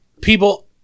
people